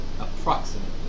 Approximately